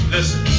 Listen